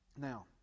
Now